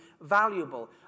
valuable